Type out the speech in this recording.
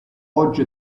oggi